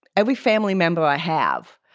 every family member i have,